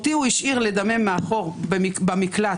אותי הוא השאיר לדמם מאחור במקלט,